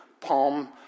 palm